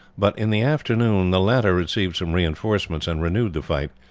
but in the afternoon the latter received some reinforcements and renewed the fight.